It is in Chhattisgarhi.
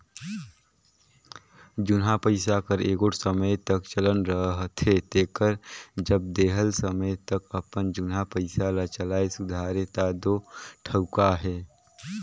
जुनहा पइसा कर एगोट समे तक चलन रहथे तेकर जब देहल समे तक अपन जुनहा पइसा ल चलाए सुधारे ता दो ठउका अहे